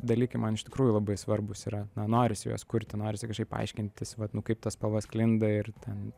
dalykai man iš tikrųjų labai svarbūs yra na norisi juos kurti norisi kažkaip aiškintis vat nu kaip ta spalva sklinda ir ten